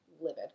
livid